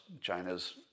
China's